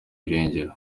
irengero